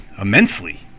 immensely